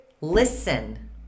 Listen